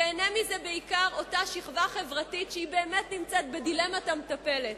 תיהנה מזה בעיקר אותה שכבה חברתית שהיא באמת נמצאת בדילמת המטפלת,